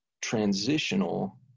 transitional